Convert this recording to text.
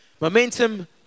momentum